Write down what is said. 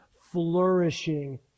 flourishing